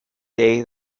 day